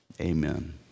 amen